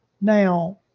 Now